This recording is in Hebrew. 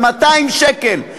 על 200 שקלים,